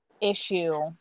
issue